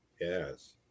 Yes